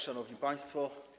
Szanowni Państwo!